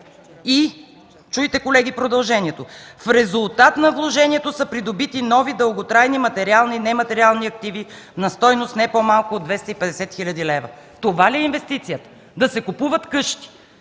и чуйте, колеги, продължението – в резултат на вложението са придобити нови дълготрайни материални и нематериални активи на стойност не по-малко от 250 хил. лв. Това ли е инвестицията? Да се купуват къщи?